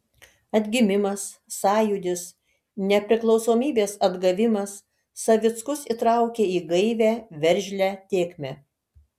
atgimimas sąjūdis nepriklausomybės atgavimas savickus įtraukė į gaivią veržlią tėkmę